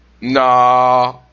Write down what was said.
nah